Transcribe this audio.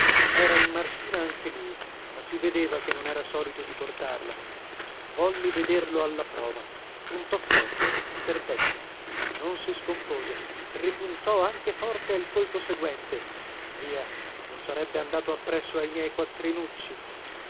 era in marsina anche lui ma si vedeva che non era solito di portarla volli vederlo alla prova puntò forte